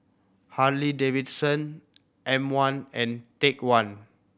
Harley Davidson M One and Take One